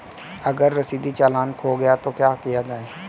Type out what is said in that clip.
अगर रसीदी चालान खो गया तो क्या किया जाए?